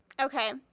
Okay